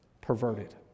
perverted